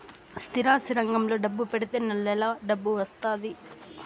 స్థిరాస్తి రంగంలో డబ్బు పెడితే నెల నెలా డబ్బు వత్తాది